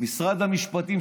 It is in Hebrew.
משרד המשפטים,